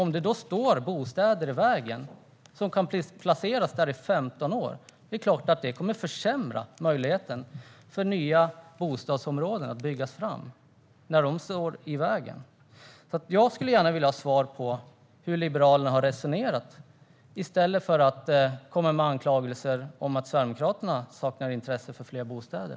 Om det då står bostäder i vägen, som kan stå där i 15 år, är det klart att det kommer att försämra möjligheterna för att det byggs nya bostadsområden. Jag skulle gärna vilja ha svar på hur Liberalerna har resonerat, i stället för att de kommer med anklagelser om att Sverigedemokraterna saknar intresse för fler bostäder.